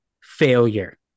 failure